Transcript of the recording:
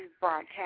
broadcast